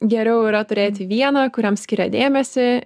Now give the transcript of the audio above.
geriau yra turėti vieną kuriam skiria dėmesį